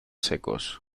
secos